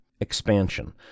expansion